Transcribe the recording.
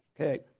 Okay